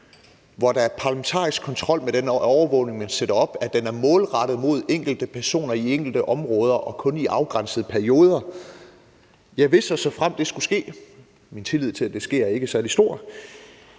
hvor der er parlamentarisk kontrol med den overvågning, man sætter op, og at den er målrettet enkelte personer i enkelte områder og kun i afgrænsede perioder, ja, hvis og såfremt det skulle ske – min tillid til, at det sker, er ikke særlig stor